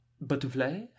Butterfly